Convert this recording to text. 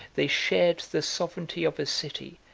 they shared the sovereignty of a city,